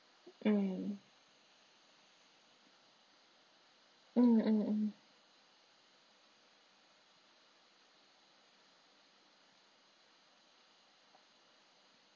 mm mm mm mm